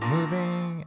Moving